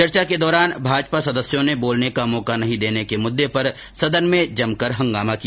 चर्चा के दौरान भाजपा सदस्यों ने बोलने का मौका नहीं देने के मुददे पर सदन में जमकर हंगामा किया